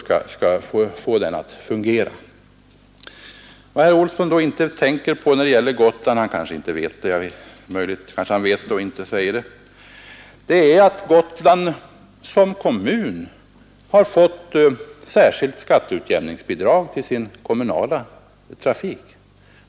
Vad herr Olsson inte tänker på när det gäller Gotland — det är möjligt att han vet det men inte säger det — är att Gotland som kommun har fått särskilt skatteutjämningsbidrag till sin kommunala trafik.